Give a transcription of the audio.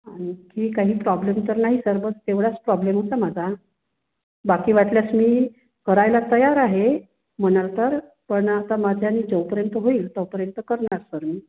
आणखी काही प्रॉब्लेम तर नाही सर बस तेवढाच प्रॉब्लेम होता माझा बाकी वाटल्यास मी करायला तयार आहे म्हणाल तर पण आता माझ्याने जोपर्यंत होईल तोपर्यंत करणार सर मी